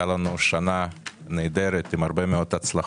לנו שנה נהדרת עם הרבה מאוד הצלחות,